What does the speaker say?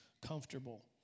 comfortable